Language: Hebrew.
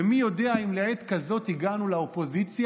ומי יודע אם לעת כזאת הגענו לאופוזיציה